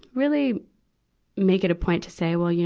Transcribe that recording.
really make it a point to say, well, yeah